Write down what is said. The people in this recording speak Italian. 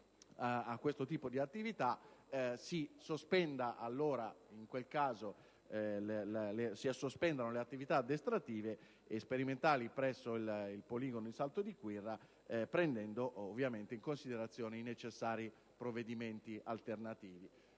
a questo genere di attività, si debbano sospendere le attività addestrative e sperimentali presso il poligono di Salto di Quirra, prendendo ovviamente in considerazione i necessari provvedimenti alternativi.